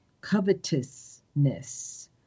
covetousness